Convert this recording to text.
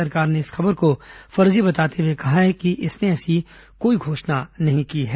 सरकार ने इस खबर को फर्जी बताते हुए कहा है कि इसने ऐसी कोई घोषणा नहीं की है